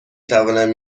توانم